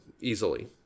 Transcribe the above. easily